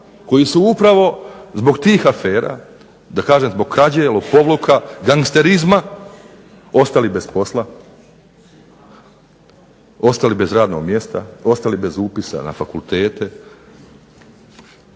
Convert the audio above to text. koji su upravo zbog tih afera da kažem zbog krađe, lopovluka, gangsterizma ostali bez posla, radnog mjesta, bez upisa na fakultete,